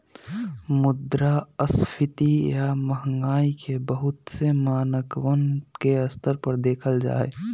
मुद्रास्फीती या महंगाई के बहुत से मानकवन के स्तर पर देखल जाहई